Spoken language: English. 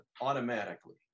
automatically